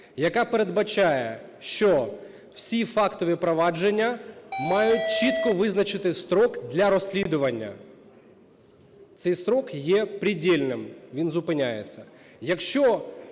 яка передбачає, що всі фактові провадження мають чітко визначити строк для розслідування. Цей строк є предельным, він зупиняється.